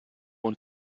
und